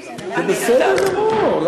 אני, הוא בסדר גמור.